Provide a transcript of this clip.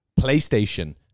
PlayStation